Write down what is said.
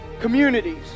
communities